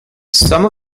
some